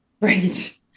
Right